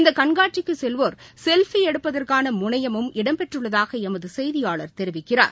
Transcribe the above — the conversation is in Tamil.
இந்த கண்காட்சிக்கு செவ்வோர் செவ்பி எடுப்பதற்கான முனையமும் இடம்பெற்றுள்ளதாக எமது செய்தியாளர் தெரிவிக்கிறார்